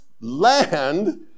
land